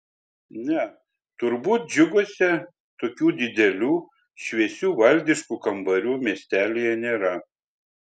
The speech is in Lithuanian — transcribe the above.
ne turbūt džiuguose tokių didelių šviesių valdiškų kambarių miestelyje nėra